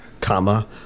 comma